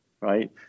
right